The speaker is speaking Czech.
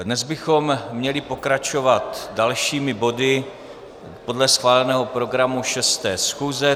Dnes bychom měli pokračovat dalšími body podle schváleného programu 6. schůze.